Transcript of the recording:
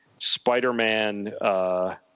Spider-Man